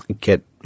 get